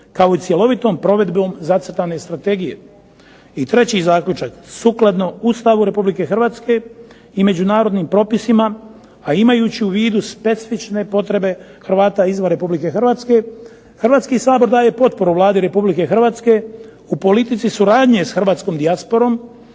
kao cjelovitom provedbom zacrtane strategije. I treći zaključak: Sukladno Ustavu Republike Hrvatske i međunarodnim propisima, a imajući u vidu specifične potrebe Hrvata izvan Republike Hrvatske Hrvatski sabor daje potporu Vladi Republike Hrvatske u politici suradnje s hrvatskom dijasporom